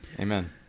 Amen